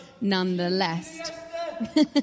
Nonetheless